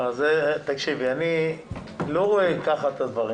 אני לא רואה כך את הדברים,